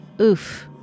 Oof